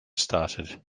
started